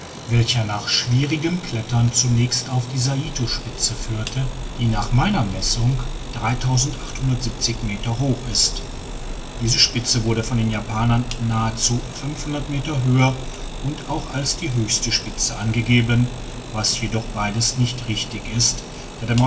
welcher nach schwierigem klettern zunächst auf die saito spitze führte die nach meiner messung meter hoch ist diese spitze wurde von den japanern nahezu meter höher und auch als die höchste spitze angegeben was jedoch beides nicht richtig ist da der